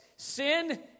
Sin